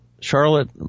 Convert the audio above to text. Charlotte